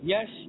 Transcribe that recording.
Yes